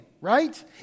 right